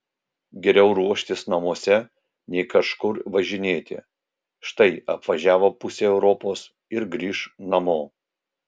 geriau ruoštis namuose nei kažkur važinėti štai apvažiavo pusę europos ir grįš namo